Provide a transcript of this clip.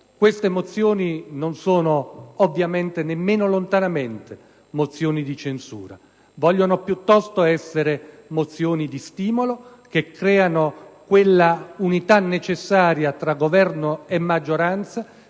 Queste mozioni non sono ovviamente, nemmeno lontanamente, di censura. Vogliono piuttosto essere mozioni di stimolo, tese a creare quella unità necessaria tra Governo e maggioranza,